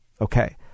Okay